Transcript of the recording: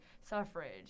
suffrage